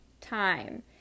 time